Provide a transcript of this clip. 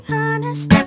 honest